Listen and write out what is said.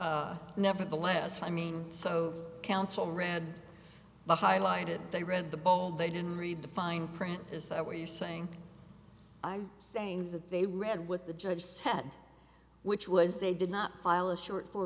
nevertheless i mean so council read the highlighted they read the bold they didn't read the fine print is that what you're saying i'm saying that they read what the judge said which was they did not